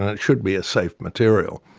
it should be a safe material,